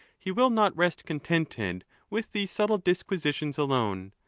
he will not rest contented with these subtle disquisitions alone,